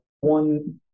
one